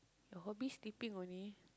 your hobby sleeping only